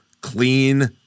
clean